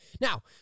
Now